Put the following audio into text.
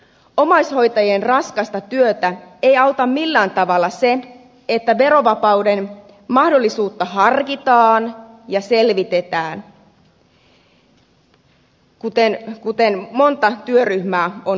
omaishoitajien raskasta työtä ei auta millään tavalla se että verovapauden mahdollisuutta harkitaan ja selvitetään kuten monta työryhmää on nyt perustettu